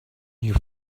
you